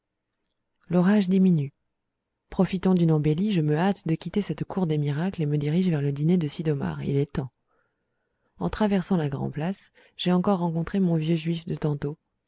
l'orage diminue profitant d'une embellie je me hâte de quitter cette cour des miracles et je me dirige vers le dîner de sid'omar il est temps en traversant la grand'place j'ai encore rencontré mon vieux juif de tantôt